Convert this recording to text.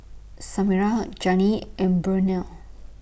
Samira Jannie and Burnell